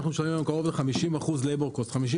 אנחנו משלמים היום קרוב ל-50% עלות עבודה,